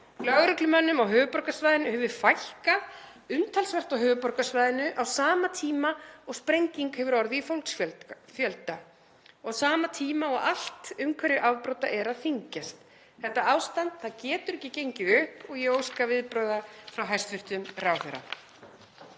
Lögreglumönnum á höfuðborgarsvæðinu hefur fækkað umtalsvert á sama tíma og sprenging hefur orðið í fólksfjölda og á sama tíma og allt umhverfi afbrota er að þyngjast. Þetta ástand getur ekki gengið upp og ég óska viðbragða frá hæstv. ráðherra.